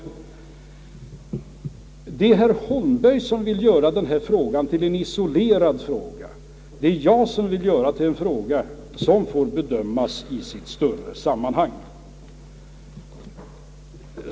Det är herr Holmberg som vill göra denna fråga till en isolerad fråga — det är jag som vill bedöma den i dess större sammanhang.